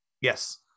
Yes